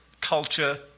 culture